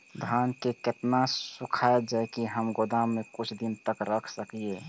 धान के केतना सुखायल जाय की हम गोदाम में कुछ दिन तक रख सकिए?